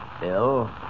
Bill